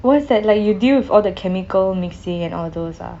what's that like you deal with all the chemical mixing and all those ah